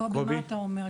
קובי, מה אתה אומר?